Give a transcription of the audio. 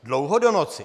Dlouho do noci.